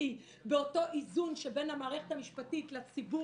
קריטי באותו איזון שבין המערכת המשפטית לציבור,